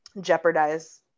jeopardize